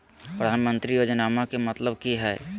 प्रधानमंत्री योजनामा के मतलब कि हय?